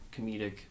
comedic